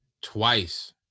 twice